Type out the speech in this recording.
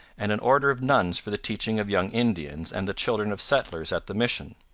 and an order of nuns for the teaching of young indians and the children of settlers at the mission.